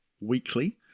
weekly